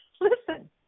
Listen